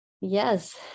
Yes